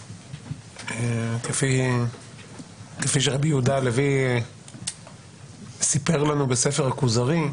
כפי שרבי יהודה הלוי סיפר לנו בספר הכוזרי,